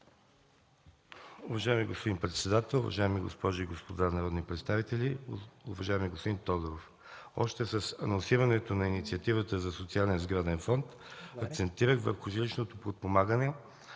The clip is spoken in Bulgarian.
Уважаеми господин председател, уважаеми госпожи и господа народни представители! Уважаеми господин Тодоров, още с анонсирането на инициативата за социален сграден фонд акцентирах върху жилищното подпомагане